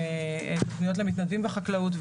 ותכניות למתנדבים בחקלאות.